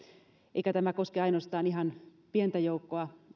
eikä tämä koske ainoastaan ihan pientä joukkoa